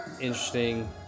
interesting